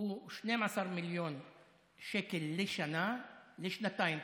הוא 12 מיליון שקל לשנה, לשנתיים.